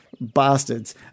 bastards